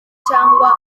cyangwa